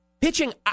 Pitching